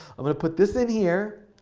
i'm going to put this in here.